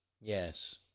Yes